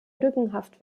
lückenhaft